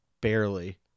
Barely